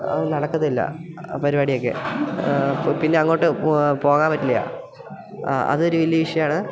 അത് നടക്കത്തില്ല ആ പരിപാടിയൊക്കെ അപ്പോൾ പിന്നെ അങ്ങോട്ട് പോകാൻ പറ്റില്ല ആ അതൊരു വലിയ ഇഷ്യുവാണ്